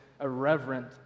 irreverent